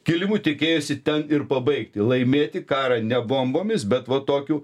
kilimu tikėjosi ten ir pabaigti laimėti karą ne bombomis bet va tokiu